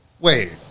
Wait